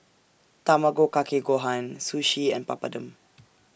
Tamago Kake Gohan Sushi and Papadum